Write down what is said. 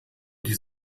die